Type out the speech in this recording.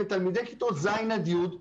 ותלמידי כיתות ז' עד י',